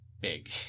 big